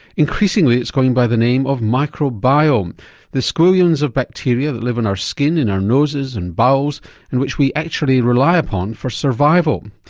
increasingly it's going by the name of microbiome the squillions of bacteria that live on our skin, in our noses and bowels and which we actually rely upon for survival.